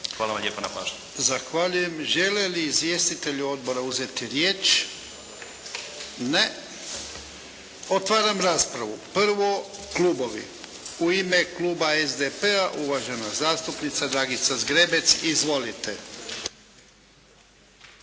Hvala vam lijepa na pažnji.